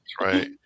right